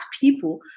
people